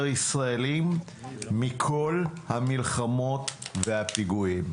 ישראלים מאשר בכל המלחמות והפיגועים.